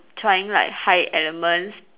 trying like high elements